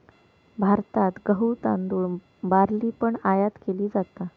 भारतात गहु, तांदुळ, बार्ली पण आयात केली जाता